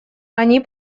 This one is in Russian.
они